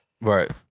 Right